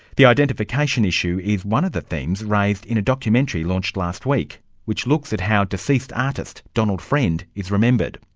the identification issue is one of the themes raised in a documentary launched last week which looks at how deceased artist donald friend is remembered.